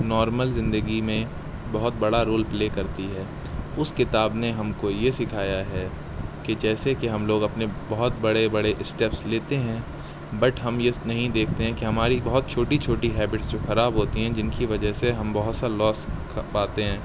normal زندگی میں بہت بڑا رول پلے کرتی ہے اس کتاب نے ہم کو یہ سکھایا ہے کہ جیسے کہ ہم لوگ اپنے بہت بڑے بڑے اسٹیپس لیتے ہیں بٹ ہم یہ نہیں دیکھتے ہیں کہ ہماری بہت چھوٹی چھوٹی ہیبٹس جو خراب ہوتی ہیں جن کی وجہ سے ہم بہت سا لوس پاتے ہیں